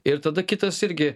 ir tada kitas irgi